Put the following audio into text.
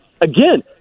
again